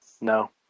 No